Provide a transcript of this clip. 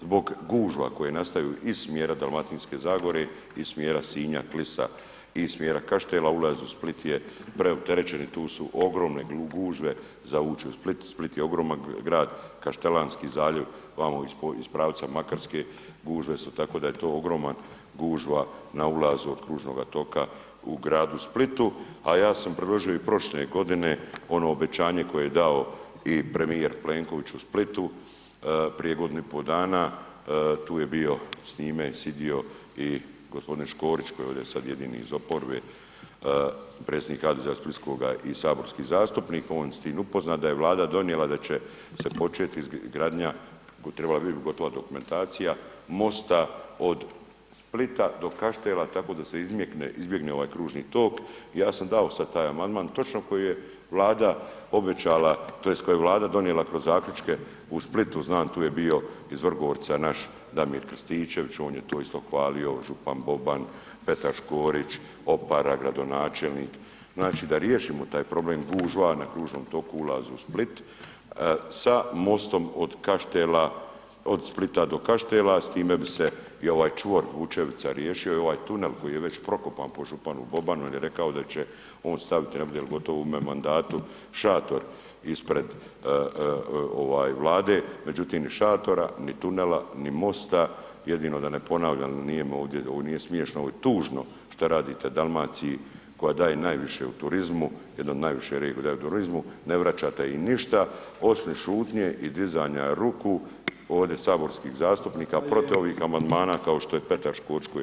Zbog gužva koje nastaju iz smjera Dalmatinske zagore, iz smjera Sinja, Klisa i iz smjera Kaštela, ulaz u Split je preopterećen i tu su ogromne gužve za uć u Split, Split je ogroman grad, Kaštelanski zaljev, vamo iz pravca Makarske, gužve su tako da je to ogromna gužva na ulazu od kružnoga toga u gradu Splitu a ja sam predložio i prošle godine ono obećanje koje je dao i premijer Plenković u Splitu, prije godinu i pol dana, tu je bio s njim je sjedio i g. Škorić koji je ovdje sad jedini iz oporbe, predsjednik HDZ-a splitskoga i saborski zastupnik, on je s tim upoznat da je Vlada donijela da će se početi izgradnja kojoj je trebala biti dokumentacija, mosta od Splita do Kaštela tako da se izbjegne ovaj kružni tok, ja sam dao sad taj amandman, točno koji je Vlada obećala, tj. koji je Vlada donijela kroz zaključke u Splitu, znam tu je bio iz Vrgorca naš Damir Krstičević, on je to isto hvalio, župan Boban, Petar Škorić, Opara gradonačelnik, znači da riješimo taj problem gužva na kružnom toku ulaza u Split sa mostom od Kaštela, od Splita do Kaštela, s time bi se i ovaj čvor Vučevica riješio i ovaj tunel koji je već prokopan po županu Bobanu jer je rekao da će on staviti ne bude li gotovo u ovom mandatu šator ispred Vlade međutim ni šatora ni tunela ni mosta, jedino da ne ponavljam, ovo nije smiješno, ovo je tužno što radite Dalmaciji koja daje najviše u turizmu, jedna od najviše regija koja daje turizmu, ne vraćate im ništa osim šutnje i dizanja ruku, ovdje saborskih zastupnika, protiv ovih amandmana kao što je P. Škorić koji je ... Tražim glasanje.